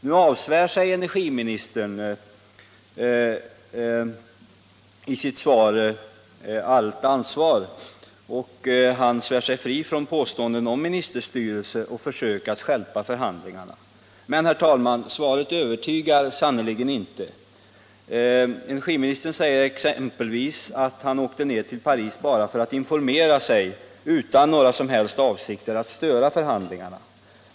Nu avsvär sig energiministern i sitt svar allt ansvar. Han svär sig fri från påståenden om ministerstyre och försök att stjälpa förhandlingarna. Men, herr talman, svaret övertygar sannerligen inte. Energiministern säger exempelvis att han åkte ner till Paris bara för att informera sig, utan några som helst avsikter att störa förhandlingarna.